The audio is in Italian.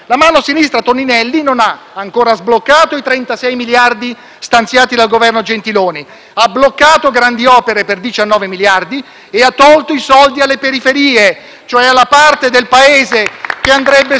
stanziati dal Governo Gentiloni Silveri, ha bloccato grandi opere per 19 miliardi e ha tolto i soldi alle periferie, cioè alla parte del Paese che andrebbe sostenuta e dove prioritariamente bisognerebbe investire.